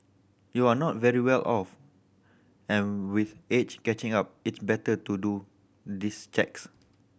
we're not very well off and with age catching up it's better to do these checks